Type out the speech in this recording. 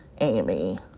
amy